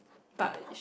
but